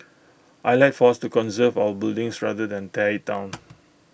I'd like for us to conserve our buildings rather than tear IT down